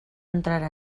entrarà